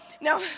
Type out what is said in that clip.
now